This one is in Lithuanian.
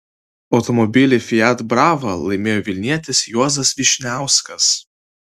automobilį fiat brava laimėjo vilnietis juozas vyšniauskas